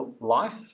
life